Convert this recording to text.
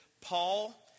Paul